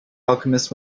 alchemist